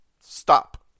Stop